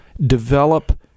develop –